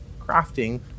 crafting